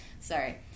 Sorry